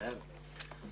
נכון.